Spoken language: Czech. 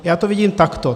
Já to vidím takto.